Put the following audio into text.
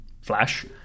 Flash